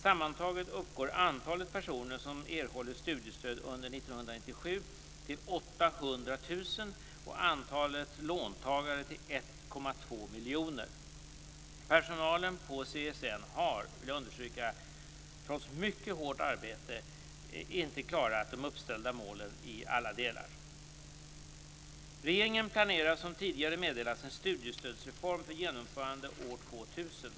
Sammantaget uppgår antalet personer som erhåller studiestöd under 1997 till 800 000 CSN har trots - och det vill jag understryka - mycket hårt arbete inte klarat de uppställda målen i alla delar. Regeringen planerar som tidigare meddelats en studiestödsreform för genomförande år 2000.